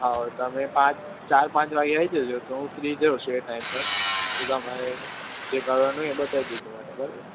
હોવ તમે પાંચ ચાર પાંચ વાગે આવી જજો તો હું ફ્રી જ હોઉં છું એ ટાઈમ પર તો તમારે જે કરવાનું હોય એ બતાવી દેજો મને બરાબર